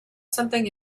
something